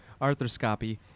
arthroscopy